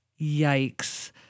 Yikes